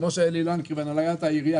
כמו שאלי לנקרי והנהלת העירייה,